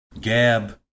Gab